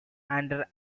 under